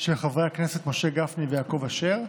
של חברי הכנסת משה גפני ויעקב אשר,